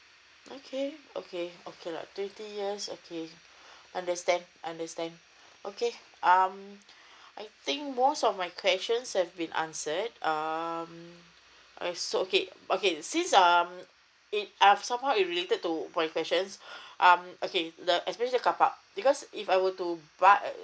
okay okay okay like twenty years okay understand understand okay um I think most of my questions as been answered um uh so okay okay since um it somehow it related to point questions um okay the especially the carpark because if I were to buy uh